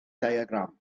diagram